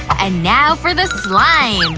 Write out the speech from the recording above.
and now for the slime!